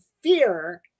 fear